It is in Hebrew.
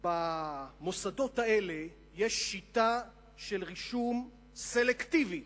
במוסדות האלה יש שיטה של רישום סלקטיבי,